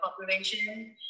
population